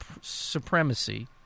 supremacy –